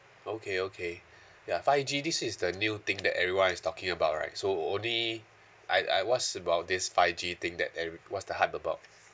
okay okay ya five G this is the new thing that everyone is talking about right so only I I what's about this five G thing that every~ what's the hype about